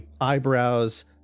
eyebrows